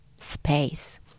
space